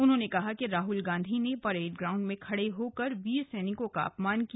उन्होंने कहा कि राहुल गांधी ने परेड ग्राउंड में खड़े होकर वीर सैनिकों का अपमान किया